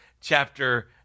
chapter